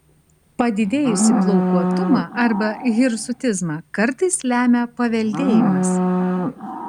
padidėjusį plaukuotumą arba hirsutizmą kartais lemia paveldėjimas